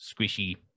squishy